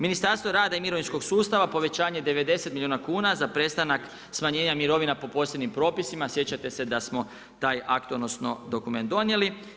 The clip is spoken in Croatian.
Ministarstvo rada i mirovinskog sustava povećanje 90 milijuna kuna za prestanak smanjenja mirovina po posebnim propisima sjećate se da smo taj akt odnosno dokument donijeli.